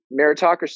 meritocracy